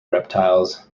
reptiles